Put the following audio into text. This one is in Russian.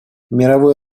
мировое